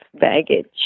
baggage